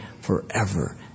forever